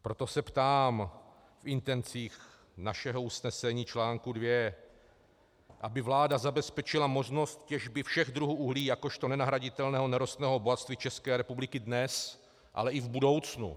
Proto se ptám v intencích našeho usnesení, článku 2, aby vláda zabezpečila možnost těžby všech druhů uhlí jakožto nenahraditelného nerostného bohatství České republiky dnes, ale i v budoucnu.